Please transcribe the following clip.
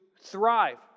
thrive